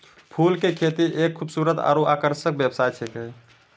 फूल के खेती एक खूबसूरत आरु आकर्षक व्यवसाय छिकै